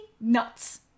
nuts